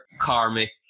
karmic